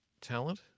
talent